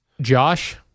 Josh